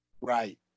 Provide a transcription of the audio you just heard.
Right